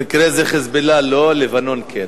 במקרה זה "חיזבאללה" לא, לבנון, כן.